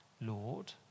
Lord